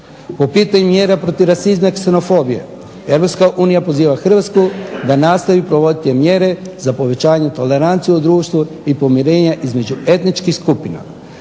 Po pitanju mjera protiv rasizma i ksenofobije Europska unija poziva Hrvatsku da nastoji provoditi mjere za povećanje tolerancije u društvu i pomirenje između etničkih skupina.